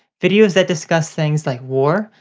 videos that discuss things like war,